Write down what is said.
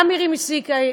גם מירי מסיקה,